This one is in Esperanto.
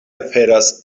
aperas